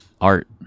art